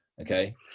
okay